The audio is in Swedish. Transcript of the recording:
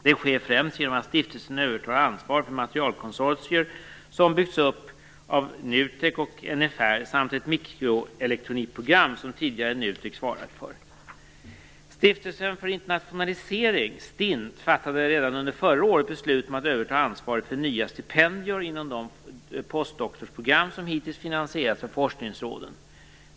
Detta sker främst genom att stiftelsen övertar ansvar för materialkonsortier som byggts upp av NUTEK och NFR, samt ett mikroelektronikprogram som tidigare NUTEK svarat för. Stiftelsen för internationalisering, STINT, fattade redan under förra året beslut om att överta ansvaret för nya stipendier inom de postdoktorsprogram som hittills finansierats av forskningsråden.